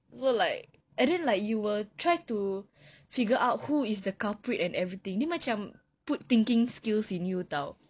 so like and then like you will try to figure out who is the culprit and everything dia macam put thinking skills in you [tau]